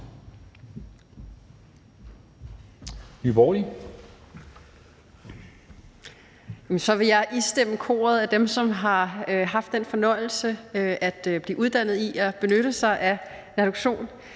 Så vil jeg istemme koret af dem, som har haft den fornøjelse at blive uddannet i at benytte naloxon.